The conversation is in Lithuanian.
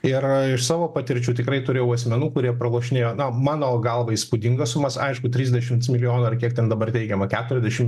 ir iš savo patirčių tikrai turėjau asmenų kurie pralošinėjo na mano galva įspūdingas sumas aišku trisdešimt milijonų ar kiek ten dabar teigiama keturiasdešim